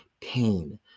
Pain